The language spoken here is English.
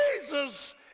Jesus